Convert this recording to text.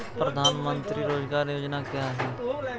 प्रधानमंत्री रोज़गार योजना क्या है?